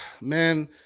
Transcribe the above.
man